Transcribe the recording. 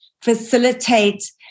facilitate